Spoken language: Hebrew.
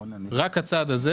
ככל שיאושר, רק הצעד הזה